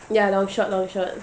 ya long short long short